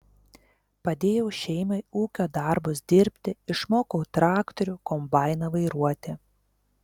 padėjau šeimai ūkio darbus dirbti išmokau traktorių kombainą vairuoti